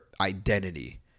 identity